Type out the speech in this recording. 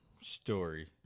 story